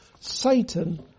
Satan